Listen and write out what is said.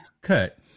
cut